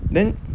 then